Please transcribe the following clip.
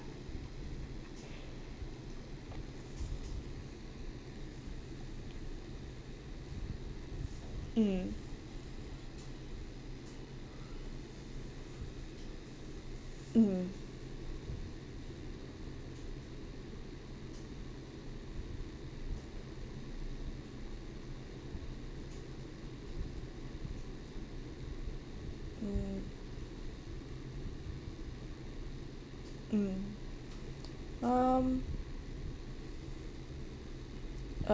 mm mm mm mm uh uh